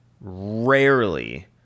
rarely